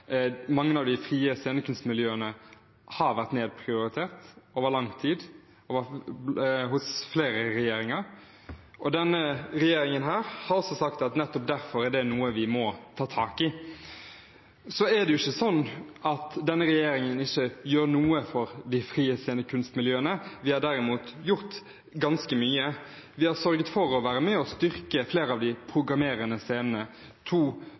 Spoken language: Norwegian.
mange av de frie scenekunstmiljøene har vært nedprioritert over lang tid av flere regjeringer. Denne regjeringen har sagt at nettopp derfor er det noe vi må ta tak i. Så er det ikke sånn at denne regjeringen ikke gjør noe for de frie scenekunstmiljøene. Vi har derimot gjort ganske mye. Vi har sørget for å være med og styrke flere av de programmerende scenene. To